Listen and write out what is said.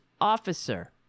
officer